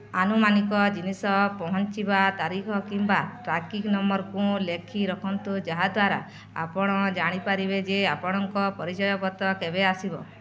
ଆନୁମାନିକ ଜିନିଷ ପହଞ୍ଚିବା ତାରିଖ କିମ୍ବା ଟ୍ରାକିଂ ନମ୍ବର୍କୁ ଲେଖି ରଖନ୍ତୁ ଯାହାଦ୍ଵାରା ଆପଣ ଜାଣିପାରିବେ ଯେ ଆପଣଙ୍କ ପରିଚୟପତ୍ର କେବେ ଆସିବ